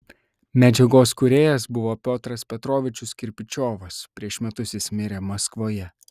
medžiagos kūrėjas buvo piotras petrovičius kirpičiovas prieš metus jis mirė maskvoje